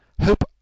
Hope